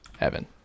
Evan